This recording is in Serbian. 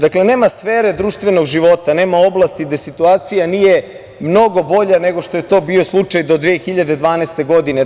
Dakle, nema sfere društvenog života, nema oblasti gde situacija nije mnogo bolja nego što je to bio slučaj do 2012. godine.